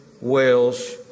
Wales